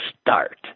start